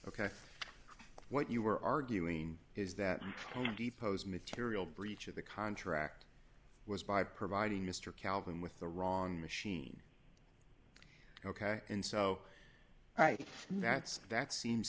ok what you were arguing is that home depot's material breach of the contract was by providing mr calvin with the wrong machine ok and so right that's that seems